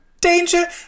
Danger